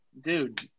dude